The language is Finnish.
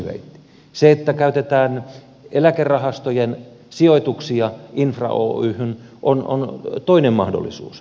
se että käytetään eläkerahastojen sijoituksia infra oyhyn on toinen mahdollisuus